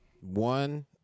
one